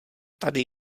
tady